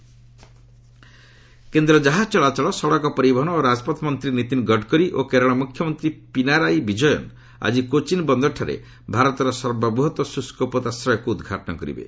die dock Cochin କେନ୍ଦ୍ର ଜାହାଜ ଚଳାଚଳ ସଡ଼କ ପରିବହନ ଓ ରାଜପଥ ମନ୍ତ୍ରୀ ନୀତିନ ଗଡ଼କରୀ ଓ କେରଳ ମୁଖ୍ୟମନ୍ତ୍ରୀ ପିନାରାୟି ବିଜୟନ୍ ଆଜି କୋଚିନ୍ ବନ୍ଦରଠାରେ ଭାରତର ସର୍ବବୃହତ୍ ଶୁଷ୍କ ପୋତାଶ୍ରୟକୁ ଉଦ୍ଘାଟନ କରିବେ